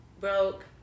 broke